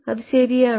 അത് ശരിയാണോ